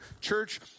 church